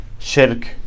shirk